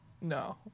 No